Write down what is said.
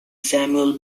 samuel